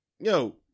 Yo